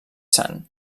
sant